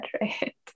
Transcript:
right